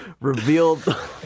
Revealed